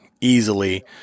easily